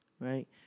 right